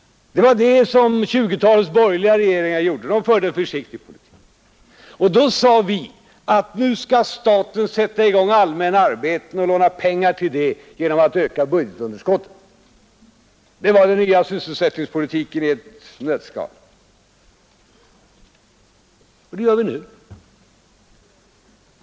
Det var det 1920-talets borgerliga regeringar som gjorde — de förde en försiktig politik. Då sade vi, att nu skall staten sätta i gång allmänna arbeten och låna pengar till det genom att öka budgetunderskottet. Det var den nya sysselsättningspolitiken i ett nötskal, och det gör vi nu.